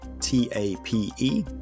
t-a-p-e